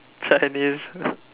Chinese